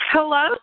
Hello